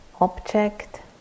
object